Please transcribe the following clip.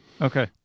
Okay